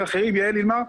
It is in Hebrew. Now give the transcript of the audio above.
יעל אילמר ואחרים,